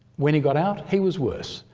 when he got out he was worse.